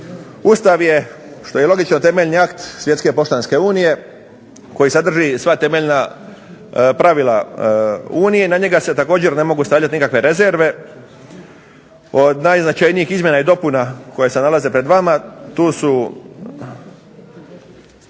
Ustav je što je i logično temeljni akt Svjetske poštanske unije koja sadrži sva temeljna pravila Unije. Na njega se također ne mogu stavljati nikakve rezerve. Od najznačajnijih izmjena i dopuna koje se nalaze pred vama, tu su